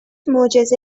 معجزه